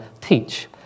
teach